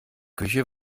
küche